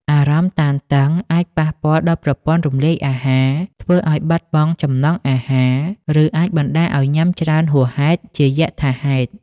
អារម្មណ៍តានតឹងអាចប៉ះពាល់ដល់ប្រព័ន្ធរំលាយអាហារ ធ្វើឲ្យបាត់បង់ចំណង់អាហារ ឬអាចបណ្ដាលឲ្យញ៉ាំច្រើនហួសហេតុជាយថាហេតុ។